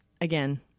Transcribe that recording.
again